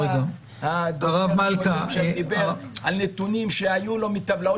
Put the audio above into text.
הדובר הקודם דיבר על נתונים שהיו לו מטבלאות